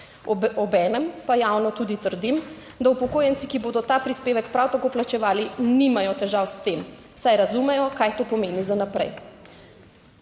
Obenem pa javno tudi trdim, da upokojenci, ki bodo ta prispevek prav tako plačevali, nimajo težav s tem, saj razumejo, kaj to pomeni za naprej.